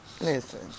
listen